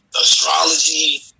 astrology